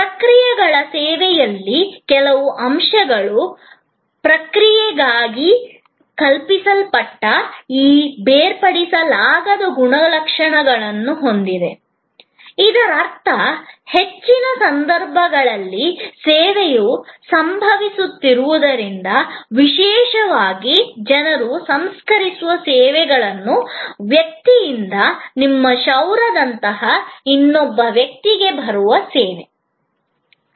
ಪ್ರಕ್ರಿಯೆಗಳ ಸೇವೆಯಲ್ಲಿ ಕೆಲವು ಅಂಶಗಳು ಪ್ರಕ್ರಿಯೆಯಾಗಿ ಕಲ್ಪಿಸಲ್ಪಟ್ಟಾಗ ಈ ಬೇರ್ಪಡಿಸಲಾಗದ ಗುಣಲಕ್ಷಣಗಳನ್ನು ಹೊಂದಿದೆ ಇದರರ್ಥ ಹೆಚ್ಚಿನ ಸಂದರ್ಭಗಳಲ್ಲಿ ಸೇವೆಯು ಸಂಭವಿಸುತ್ತಿರುವುದರಿಂದ ವಿಶೇಷವಾಗಿ ಜನರು ಸಂಸ್ಕರಿಸುವ ಸೇವೆಗಳಲ್ಲಿ ವ್ಯಕ್ತಿಯಿಂದ ನಿಮ್ಮ ಕ್ಷೌರದಂತಹ ಇನ್ನೊಬ್ಬ ವ್ಯಕ್ತಿಗೆ ಬರುವ ಸೇವೆ ಆಗಿದೆ